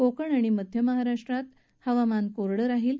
कोकण आणि मध्य महाराष्ट्रात हवामान कोरडं राहील